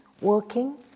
working